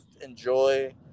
enjoy